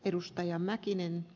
arvoisa rouva puhemies